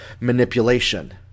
manipulation